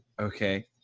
Okay